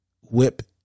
whip